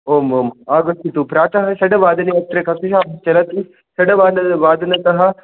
आम् आम् आगच्छतु प्रातः षड्वादने अत्र कक्ष्या चलति षड् वादन वादनतः